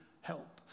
help